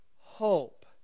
hope